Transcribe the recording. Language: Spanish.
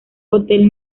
hotel